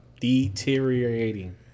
Deteriorating